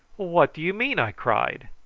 what do you mean? i cried,